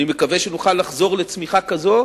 אני מקווה שנוכל לחזור לצמיחה כזו